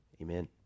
Amen